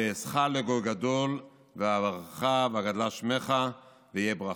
ואעשך לגוי גדול ואברכך ואגדלה שמך והיה ברכה".